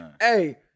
Hey